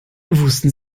wussten